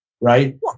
Right